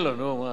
לא תיתן לי?